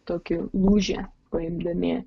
tokį lūžį paimdami